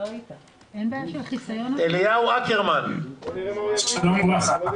שלום וברכה.